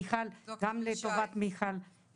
גם לטובת מיכל,